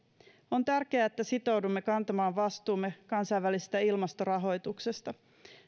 on tärkeää että sitoudumme kantamaan vastuumme kansainvälisestä ilmastorahoituksesta